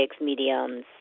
mediums